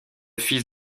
fils